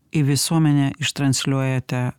į visuomenę ištransliuojate